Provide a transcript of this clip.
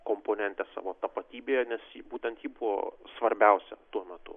komponentę savo tapatybėje nes ji būtent ji buvo svarbiausia tuo metu